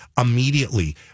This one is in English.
immediately